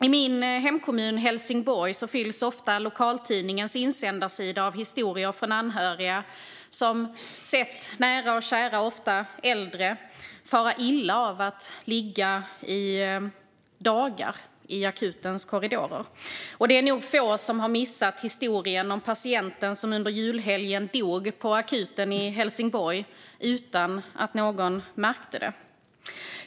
I min hemkommun Helsingborg fylls ofta lokaltidningens insändarsida av historier från anhöriga som har sett nära och kära, ofta äldre, fara illa av att ligga i dagar i akutens korridorer. Och det är nog få som har missat historien om patienten som under julhelgen dog på akuten i Helsingborg - utan att någon märkte det.